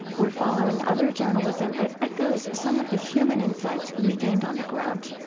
we're following other journalism that echoes some of the human insights we gained on the ground.